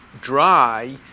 dry